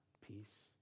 peace